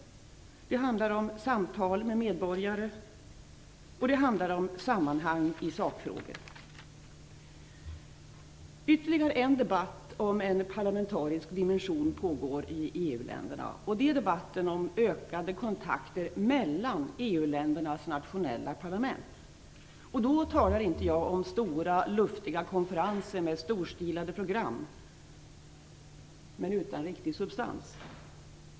Det handlar om samtal med medborgare, och det handlar om sammanhang i sakfrågor. Ytterligare en debatt om en parlamentarisk dimension pågår i EU-länderna. Det är debatten om ökade kontakter mellan EU-ländernas nationella parlament. Då talar jag inte om stora luftiga konferenser med storstilade program utan riktig substans.